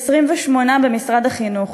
28 במשרד החינוך.